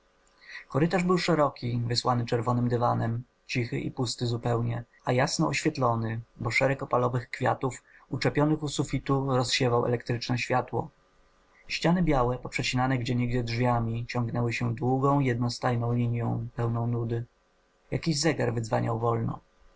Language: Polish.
korytarz był szeroki wysłany czerwonym dywanem cichy i pusty zupełnie a jasno oświetlony bo szereg opalowych kwiatów uczepionych u sufitu rozsiewał elektryczne światło ściany białe poprzecinane gdzie niegdzie drzwiami ciągnęły się długą jednostajną linją pełną nudy jakiś zegar wydzwaniał wolno